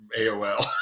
AOL